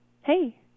Hey